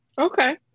Okay